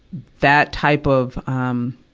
that type of, um,